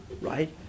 right